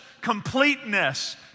completeness